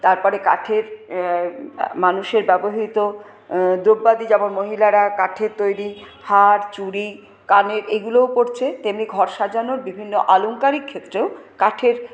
তারপরে কাঠের মানুষের ব্যবহৃত দ্রব্যাদি যেমন মহিলারা কাঠের তৈরি হার চুড়ি কানের এগুলোও পরছে তেমনি ঘর সাজানোর বিভিন্ন আলংকারিক ক্ষেত্রেও কাঠের